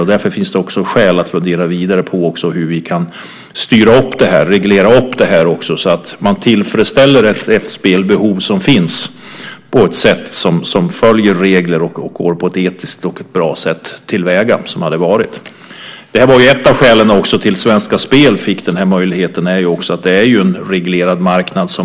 Därför finns det också skäl att fundera vidare på hur vi kan styra upp det här, reglera det här så att man tillfredsställer ett spelbehov som finns på ett sätt som följer regler och som går till väga på ett etiskt och bra sätt. Ett av skälen till att Svenska Spel fick den här möjligheten är ju just att de har en reglerad marknad.